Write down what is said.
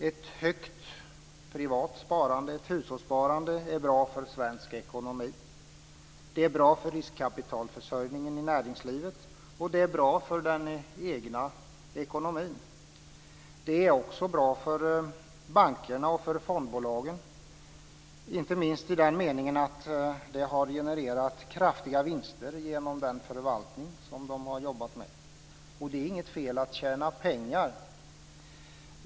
Ett stort privat sparande, ett hushållssparande, är nämligen bra för svensk ekonomi, det är bra för riskkapitalförsörjningen i näringslivet, och det är bra för den egna ekonomin. Det är också bra för bankerna och för fondbolagen, inte minst i den meningen att det har genererat kraftiga vinster genom den förvaltning som de har jobbat med. Och det är inget fel att tjäna pengar.